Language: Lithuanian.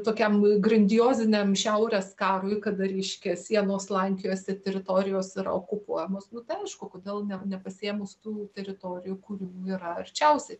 tokiam grandioziniam šiaurės karui kada reiškia sienos slankiojasi teritorijos yra okupuojamos nu tai aišku kodėl ne nepasiėmus tų teritorijų kurių yra arčiausiai